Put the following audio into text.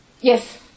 Yes